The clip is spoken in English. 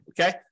okay